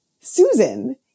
Susan